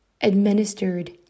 administered